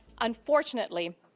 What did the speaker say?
Unfortunately